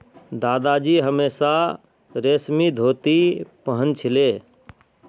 दादाजी हमेशा रेशमी धोती पह न छिले